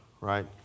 right